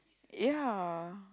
ya